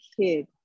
kid